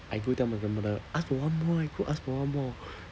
I go tell my grandmother ask for one more eh go ask for one more